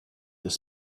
this